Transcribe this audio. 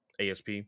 asp